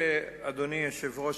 אדוני היושב-ראש,